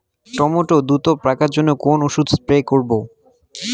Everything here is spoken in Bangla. টমেটো দ্রুত পাকার জন্য কোন ওষুধ স্প্রে করব?